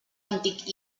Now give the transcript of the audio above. antic